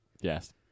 Yes